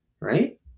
Right